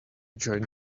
join